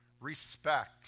respect